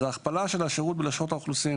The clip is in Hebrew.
אז ההכפלה של השירות בלשכות האוכלוסין